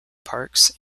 parks